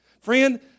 Friend